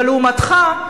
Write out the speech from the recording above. אבל לעומתך,